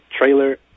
trailer